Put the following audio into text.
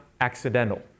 accidental